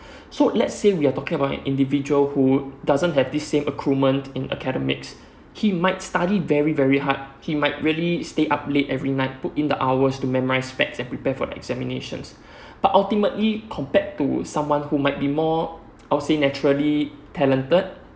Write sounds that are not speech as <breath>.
<breath> so let's say we are talking about an individual who doesn't have this same accruement in academics he might study very very hard he might really stay up late every night put in the hours to memorize facts and prepare for examinations <breath> but ultimately compared to someone who might be more I'll say naturally talented